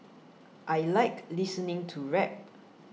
I like listening to rap